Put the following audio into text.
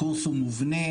הקורס הוא מובנה.